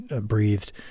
breathed